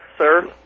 sir